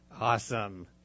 Awesome